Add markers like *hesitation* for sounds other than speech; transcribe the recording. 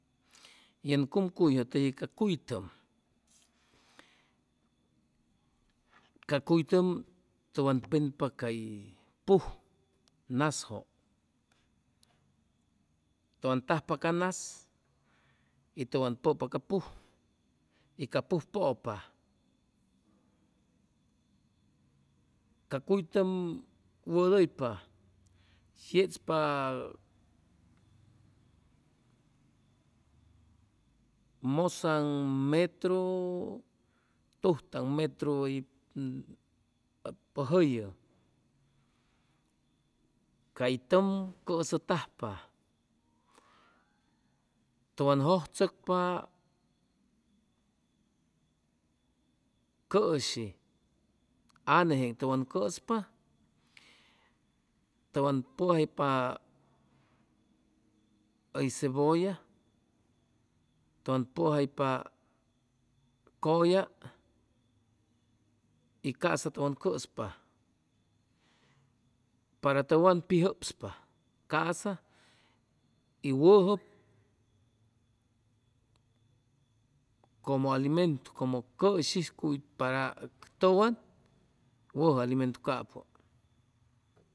Yen cumcuyjʉ teji ca cuytʉm, ca cuytʉm tʉwan penpa cay puj nasjʉ tʉwan tajpa ca nas y tʉwan pʉpa ca pujy ca puj pʉpa ca cuytʉm wʉdʉypa yechpa mʉsaŋ metro, tujtan metro hʉy *hesitation* cay tʉm cʉsʉtajpa tʉwan jʉjchʉcpa cʉshi, anne jeeŋ tʉwan cʉspa tʉwan pʉjaypa hʉy cebolla, tʉwan pʉjaypa cʉlla y ca'sa tʉwan cʉspa, para tʉwan pi jʉpspa ca'sa y wʉjʉ como alimentu como cʉshijcuy para tʉwan wʉjʉ alimentu capʉ